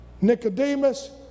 Nicodemus